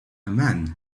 man